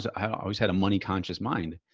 i always had a money conscious mind,